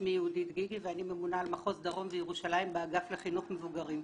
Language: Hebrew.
שמי יהודית גיגי ואני ממונה על מחוז דרום וירושלים באגף לחינוך מבוגרים.